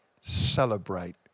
celebrate